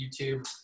YouTube